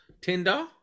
Tinder